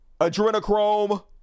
adrenochrome